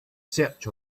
search